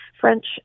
french